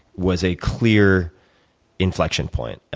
was a clear inflection point.